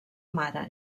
mare